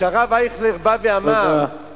וכשהרב אייכלר בא ואמר, תודה.